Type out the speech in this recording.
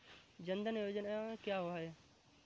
जनधन योजना क्या है?